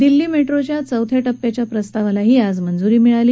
दिल्ली मेट्रोच्या चौथ्या टप्प्याच्या प्रस्तावालाही आज मंजुरी मिळाली